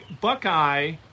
Buckeye